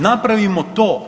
Napravimo to.